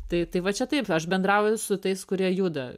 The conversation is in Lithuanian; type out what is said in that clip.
tai tai va čia taip aš bendrauju su tais kurie juda